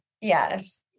yes